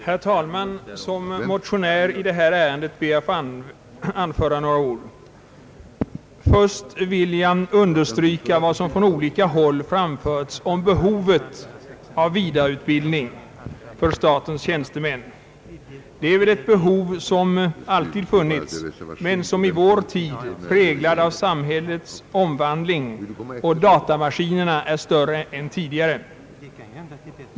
Herr talman! Som motionär i detta ärende ber jag att få anföra några ord. Först vill jag understryka vad som från olika håll har framförts om behovet av vidareutbildning för statens tjänstemän. Det är väl ett behov som alltid funnits men som i vår tid, präglad av samhällets omvandling och datamaskinerna, är större än tidigare.